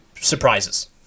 surprises